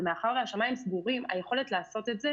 ומאחר שהשמיים סגורים, היכולת לעשות את זה